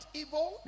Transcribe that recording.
evil